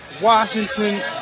Washington